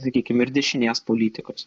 sakykim ir dešinės politikos